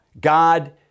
God